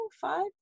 five